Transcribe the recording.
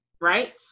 right